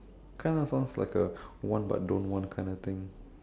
kind of sounds like a want but don't want kind of thing